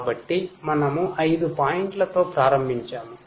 కాబట్టి మనము ఐదు పాయింట్లతో ప్రారంభించాము